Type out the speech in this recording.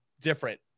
different